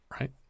right